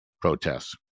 protests